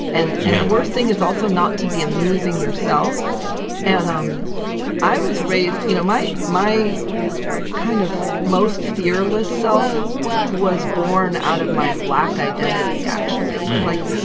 and the yeah worst thing is also not to be amusing yourself and um i was raised you know, my my kind of most fearless self was born out of my black identity, actually like,